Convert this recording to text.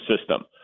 system